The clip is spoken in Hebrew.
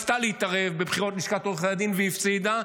הממשלה ניסתה להתערב בבחירות לשכת עורכי הדין והיא הפסידה,